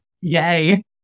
yay